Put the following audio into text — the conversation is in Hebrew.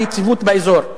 על יציבות באזור,